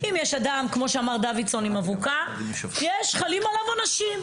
אם יש אדם עם אבוקה, חלים על עונשים.